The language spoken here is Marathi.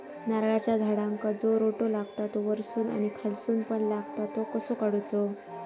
नारळाच्या झाडांका जो रोटो लागता तो वर्सून आणि खालसून पण लागता तो कसो काडूचो?